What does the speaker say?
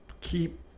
keep